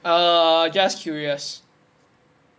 err I'm just curious